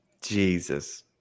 Jesus